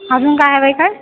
अजून काही हवं आहे काय